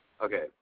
okay